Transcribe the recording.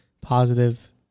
positive